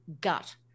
gut